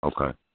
Okay